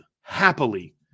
happily